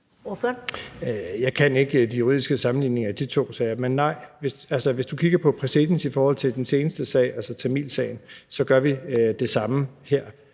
Jeg kan ikke de juridiske sammenligninger mellem de to sager. Men nej, hvis du kigger på præcedens i forhold til den seneste sag, altså tamilsagen, så gør vi det samme her,